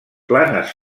planes